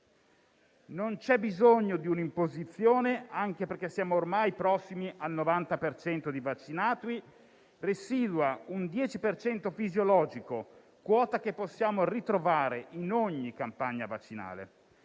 Non c'è bisogno di un'imposizione, anche perché siamo ormai prossimi al 90 per cento di vaccinati; residua un 10 per cento fisiologico, quota che possiamo ritrovare in ogni campagna vaccinale,